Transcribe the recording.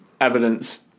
Evidence